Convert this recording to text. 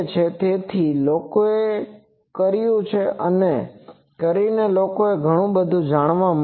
તેથી તે લોકોએ કર્યું છે અને તે કરીને લોકોને ઘણું જાણવા મળ્યું છે